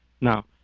Now